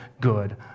good